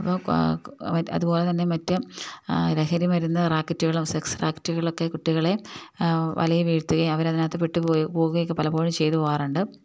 അപ്പോള് അതുപോലെ തന്നെ മറ്റ് ലഹരി മരുന്ന് റാക്കറ്റുകളും സെക്സ് റാക്കറ്റുകളുമൊക്കെ കുട്ടികളെ വലയിൽ വീഴ്ത്തുകയും അവരതിനകത്ത് പെട്ടു പോവുകയുമൊക്കെ പലപ്പോഴും ചെയ്തുപോകാറുണ്ട്